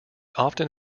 often